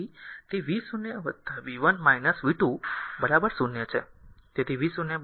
તેથી તે v0 v 1 v 2 0